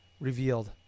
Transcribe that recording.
revealed